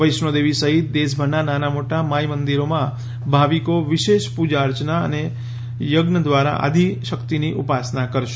વૈષ્ણોદેવી સહિત દેશભરનાં નાનાં મોટા માઈ મંદિરોમાં ભાવિકો વિશેષ પૂજા અર્ચનાં અને યક્ષ દ્રારા આદિશક્તિની ઉપાસના કરશે